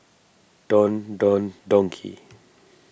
Don Don Donki